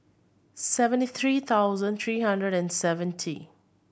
seventy three thousand three hundred and seventy